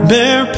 Bear